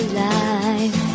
life